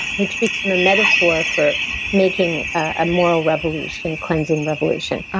which became a metaphor for making a moral revolution, cleansing revolution.